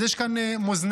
אז יש כאן מאזניים,